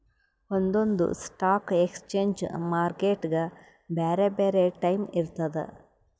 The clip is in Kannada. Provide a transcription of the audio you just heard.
ಒಂದೊಂದ್ ಸ್ಟಾಕ್ ಎಕ್ಸ್ಚೇಂಜ್ ಮಾರ್ಕೆಟ್ಗ್ ಬ್ಯಾರೆ ಬ್ಯಾರೆ ಟೈಮ್ ಇರ್ತದ್